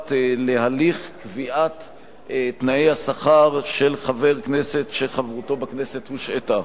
שנוגעת להליך קביעת תנאי השכר של חבר כנסת שחברותו בכנסת הושעתה.